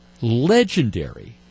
legendary